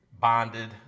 bonded